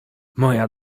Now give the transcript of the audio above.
moja